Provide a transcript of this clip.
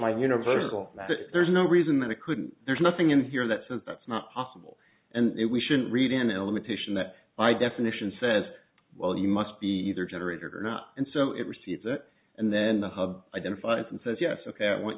my universal there's no reason that it couldn't there's nothing in here that says that's not possible and we shouldn't read in a limitation that my definition says well you must be either generator or not and so it receives it and then the hub identifies and says yes ok i want